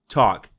talk